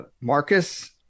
Marcus